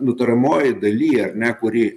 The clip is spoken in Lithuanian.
nutariamojoj daly ar ne kuri